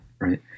Right